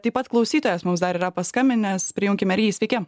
taip pat klausytojas mums dar yra paskambinęs prijunkime ir jį sveiki